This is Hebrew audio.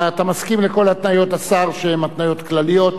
אתה מסכים לכל התניות השר, שהן התניות כלליות.